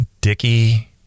Dicky